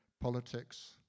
politics